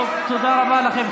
טוב, תודה רבה לכם.